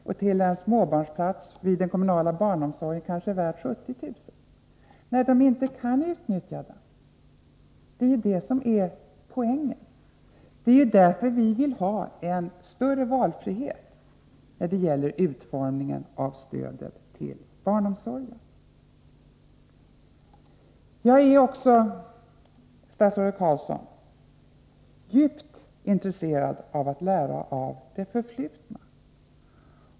och att en småbarnsplats vid den kommunala barnomsorgen kanske är värd 70 000 kr., när de inte kan utnyttja detta? Det är det som är poängen. Det är därför vi vill ha en större valfrihet när det gäller utformningen av stödet till barnomsorgen. Jag är också, statsrådet Carlsson, djupt intresserad av att lära av det förflutna.